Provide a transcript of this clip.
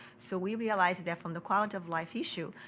so we realize that from the quality of life issue,